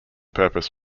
purpose